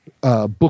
book